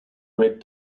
red